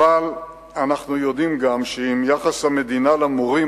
אבל אנחנו גם יודעים שאם יחס המדינה למורים